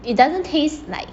it doesn't taste like